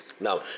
Now